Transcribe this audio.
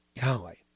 Golly